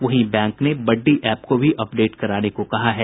वहीं बैंक ने buddy app को भी अपडेट कराने को कहा है